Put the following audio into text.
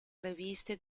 riviste